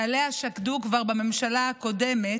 שעליה שקדו כבר בממשלה הקודמת,